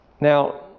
Now